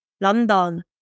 London